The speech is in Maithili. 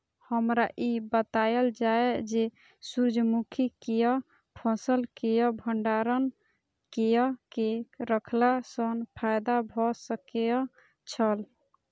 हमरा ई बतायल जाए जे सूर्य मुखी केय फसल केय भंडारण केय के रखला सं फायदा भ सकेय छल?